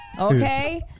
Okay